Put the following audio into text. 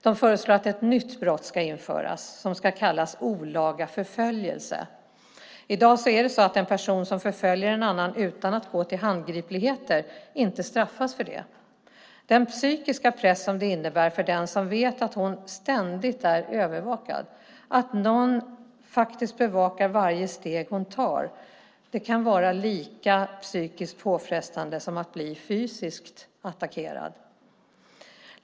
De föreslår att en ny brottsrubricering ska införas som ska kallas olaga förföljelse. I dag är det så att en person som förföljer en annan utan att gå till handgripligheter inte straffas för det. Den psykiska press som det innebär för den som vet att hon ständigt är övervakad, att någon faktiskt bevakar varje steg hon tar, kan vara lika psykiskt påfrestande som att bli fysiskt attackerad.